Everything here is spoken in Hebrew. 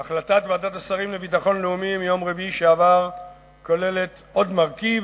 אך החלטת ועדת השרים לביטחון לאומי מיום רביעי שעבר כוללת עוד מרכיב,